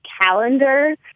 calendar